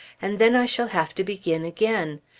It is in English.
and then i shall have to begin again!